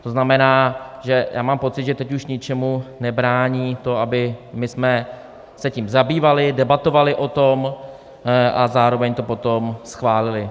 To znamená, že já mám pocit, že teď už ničemu nebrání to, abychom se tím zabývali, debatovali o tom a zároveň to potom schválili.